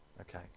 okay